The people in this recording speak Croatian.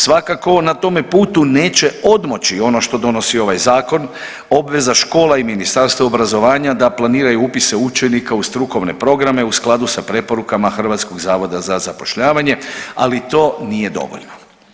Svakako na tome putu neće odmoći ono što donosi ovaj zakon, obveza škola i Ministarstva obrazovanja da planiraju upise učenika u strukovne programe u skladu s preporukama HZZ-a, ali to nije dovoljno.